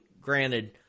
granted